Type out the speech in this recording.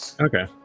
Okay